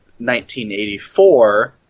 1984